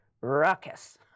ruckus